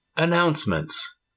Announcements